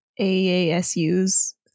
AASU's